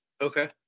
Okay